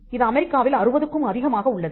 இது அமெரிக்காவில் 60 க்கும் அதிகமாக உள்ளது